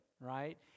right